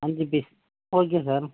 அஞ்சு piece okay sir